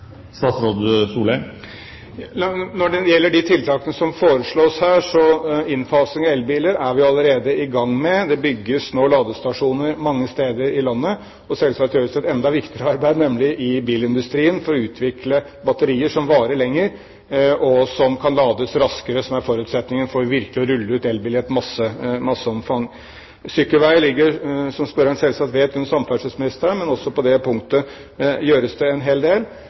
Når det gjelder de tiltakene som foreslås her, er vi allerede i gang med innfasing av elbiler. Det bygges nå ladestasjoner mange steder i landet. Og selvsagt gjøres det et enda viktigere arbeid, nemlig i bilindustrien, for å utvikle batterier som varer lenger, og som kan lades raskere, noe som er forutsetningen for virkelig å rulle ut elbilen i et masseomfang. Sykkelveier ligger, som spørreren selvsagt vet, under samferdselsministeren, men også på det punktet gjøres det en hel del.